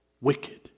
wicked